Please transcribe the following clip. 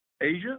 Asia